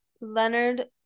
Leonard